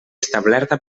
establerta